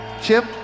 Chip